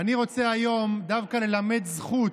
אני רוצה היום דווקא ללמד זכות